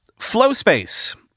Flowspace